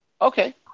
Okay